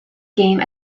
game